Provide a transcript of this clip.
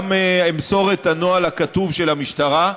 גם אמסור את הנוהל הכתוב של המשטרה.